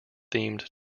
themed